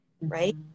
right